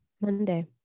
Monday